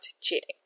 cheating